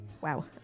Wow